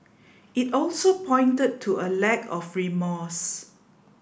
it also pointed to a lack of remorse